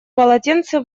полотенце